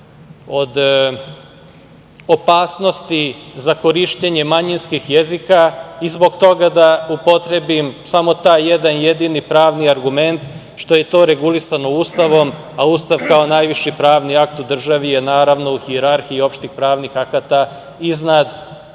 od opasnosti za korišćenje manjinskih jezika i zbog toga da upotrebim samo taj jedan jedini pravni argument, što je to regulisano Ustavom, a Ustav kao najviši pravni akt u državi je, naravno, u hijerarhiji opštih pravnih akata iznad ovog